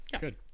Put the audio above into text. Good